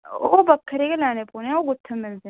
ओह् बक्खरे गै लैने पौने न ओह् कुत्थें रौंदे न